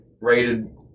rated